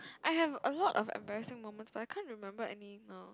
I have a lot of embarrassing moments but I can't remember any now